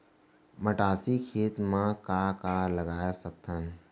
मटासी खेत म का का लगा सकथन?